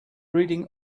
reading